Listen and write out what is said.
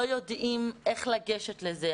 לא יודעים איך לגשת לזה,